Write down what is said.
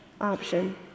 option